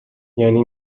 یعنی